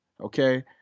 okay